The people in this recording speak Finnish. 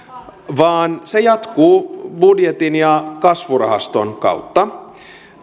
vaan se jatkuu budjetin ja kasvurahaston kautta